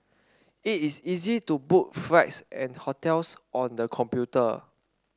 it is easy to book flights and hotels on the computer